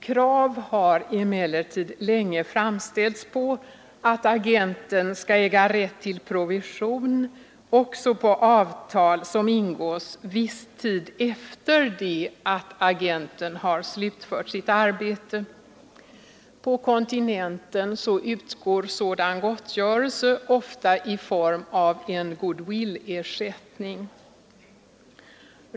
Krav har emellertid länge framställts på att agenten skall äga rätt till provision även på avtal som ingås viss tid efter det att agenten har slutfört sitt arbete. På kontinenten utgår sådan gottgörelse ofta i form av en goodwillersättning.